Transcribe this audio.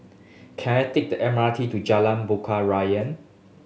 can I take the M R T to Jalan Bunga Raya